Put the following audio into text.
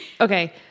Okay